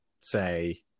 say